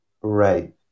right